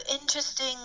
interesting